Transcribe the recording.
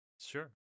Sure